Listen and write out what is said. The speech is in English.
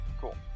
Cool